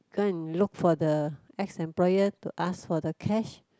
go and look for the ex employer to ask for the cash